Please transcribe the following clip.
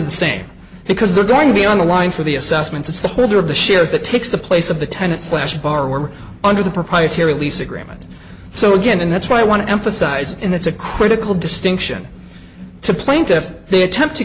the same because they're going to be on the line for the assessments of the holder of the shows that takes the place of the tenant slash bar were under the proprietary lease agreement so again and that's why i want to emphasize and it's a critical distinction to plaintiff they attempt to